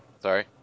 Sorry